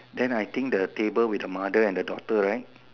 then I think the table with the mother and the daughter right